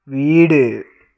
வீடு